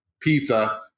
pizza